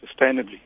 sustainably